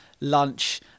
lunch